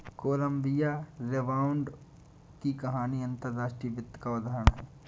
Colombia rebound की कहानी अंतर्राष्ट्रीय वित्त का उदाहरण है